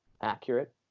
accurate